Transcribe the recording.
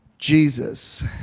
Jesus